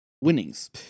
winnings